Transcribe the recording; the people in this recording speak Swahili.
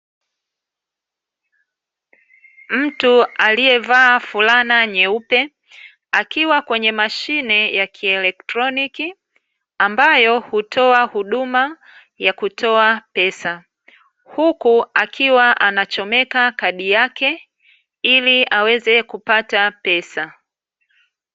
Mtu aliyevaa fulana nyeupe akiwa kwenye mashine ya kielektroniki ambayo hutoa huduma ya kutoa pesa. Huku akiwa anachomeka kadi yake ili aweze kupata pesa.